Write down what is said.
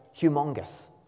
humongous